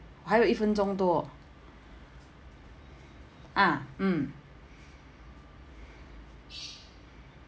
还有一分钟多 ah mm